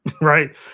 right